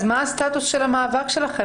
אז מה הסטטוס של המאבק שלכם?